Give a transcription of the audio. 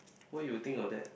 why you think of that